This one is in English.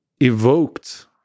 evoked